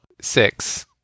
Six